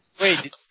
Wait